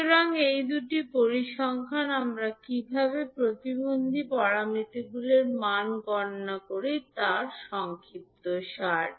সুতরাং এই দুটি পরিসংখ্যান আমরা কীভাবে প্রতিবন্ধী প্যারামিটারগুলির মান গণনা করতে পারি তার সংক্ষিপ্তসার